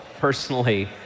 personally